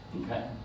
Okay